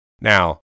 Now